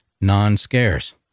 non-scarce